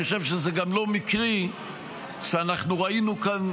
אני חושב שזה גם לא מקרי שאנחנו ראינו כאן,